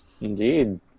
Indeed